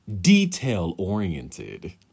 detail-oriented